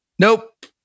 Nope